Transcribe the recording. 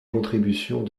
contributions